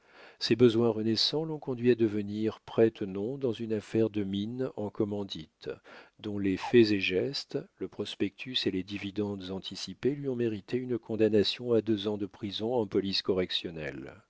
ses besoins renaissants l'ont conduit à devenir prête-nom dans une affaire de mines en commandite dont les faits et gestes le prospectus et les dividendes anticipés lui ont mérité une condamnation à deux ans de prison en police correctionnelle